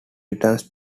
returns